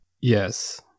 Yes